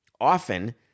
often